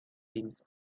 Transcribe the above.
things